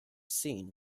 scene